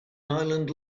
island